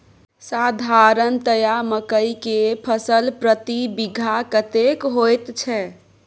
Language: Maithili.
साधारणतया मकई के फसल प्रति बीघा कतेक होयत छै?